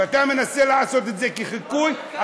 ואתה מנסה לעשות את זה כחיקוי,